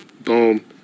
boom